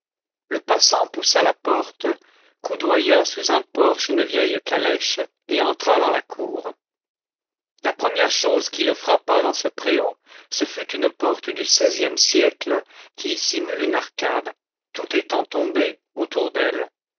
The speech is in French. le passant poussa la porte coudoya sous un porche une vieille calèche et entra dans la cour la première chose qui le frappa dans ce préau ce fut une porte du seizième siècle qui y simule une arcade tout étant tombé autour d'elle